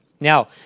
Now